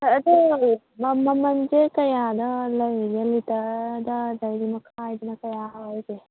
ꯑꯗꯣ ꯃꯃꯟꯁꯦ ꯀꯌꯥꯗ ꯂꯩꯔꯤꯒꯦ ꯂꯤꯇꯔꯗ ꯑꯗꯩꯗꯤ ꯃꯈꯥꯏꯗꯅ ꯀꯌꯥ ꯍꯥꯏꯒꯦ